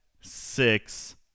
six